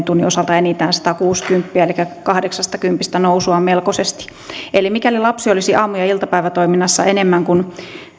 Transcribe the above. tunnin osalta enintään satakuusikymmentä elikkä kahdeksastakymmenestä nousua on melkoisesti mikäli lapsi olisi aamu ja ja iltapäivätoiminnassa enemmän kuin